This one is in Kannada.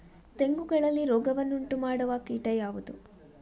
ತೆಂಗುಗಳಲ್ಲಿ ರೋಗವನ್ನು ಉಂಟುಮಾಡುವ ಕೀಟ ಯಾವುದು?